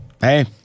Hey